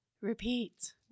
repeat